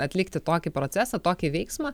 atlikti tokį procesą tokį veiksmą